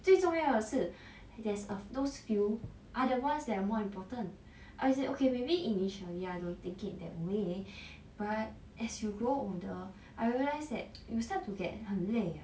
最重要是 there's a those few are the ones that are most important as in okay maybe initially I don't take it that way but as you grow older I realise that you will start to get 很累 ah